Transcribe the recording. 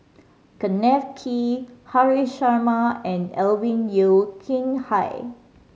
Kenneth Kee Haresh Sharma and Alvin Yeo Khirn Hai